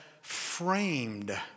framed